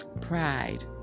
Pride